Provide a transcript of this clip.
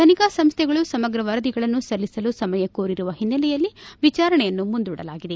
ತನಿಖಾ ಸಂಸ್ಥೆಗಳು ಸಮಗ್ರ ಸವರದಿಗಳನ್ನು ಸಲ್ಲಿಸಲು ಸಮಯ ಕೋರಿರುವ ಹಿನ್ನೆಲೆಯಲ್ಲಿ ವಿಚಾರಣೆಯನ್ನು ಮುಂದೂಡಲಾಗಿದೆ